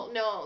no